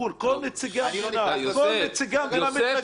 כל נציגי המדינה מתנגדים לזה.